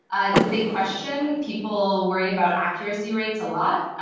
it's a big question. people worry about accuracy rates a lot,